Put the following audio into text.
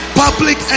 public